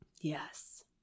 yes